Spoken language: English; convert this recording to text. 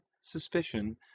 suspicion